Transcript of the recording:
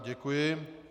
Děkuji.